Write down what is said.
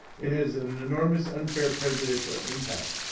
it has an enormous unfair prejudicial impact.